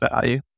value